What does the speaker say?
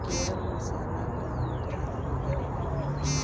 केरल मसाला कअ निर्यात भी करेला